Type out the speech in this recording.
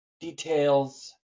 details